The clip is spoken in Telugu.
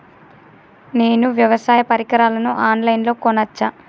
నేను వ్యవసాయ పరికరాలను ఆన్ లైన్ లో కొనచ్చా?